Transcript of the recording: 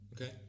Okay